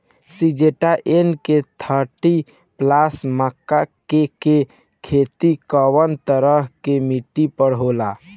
Syngenta NK thirty plus मक्का के के खेती कवना तरह के मिट्टी पर होला?